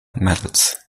medals